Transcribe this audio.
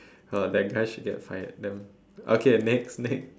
uh that guy should get fired then okay next next